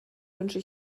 wünsche